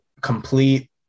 complete